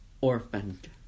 orphaned